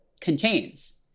contains